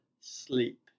sleep